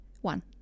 One